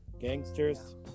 gangsters